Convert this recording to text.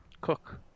cook